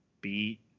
beat